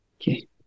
Okay